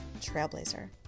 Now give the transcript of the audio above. Trailblazer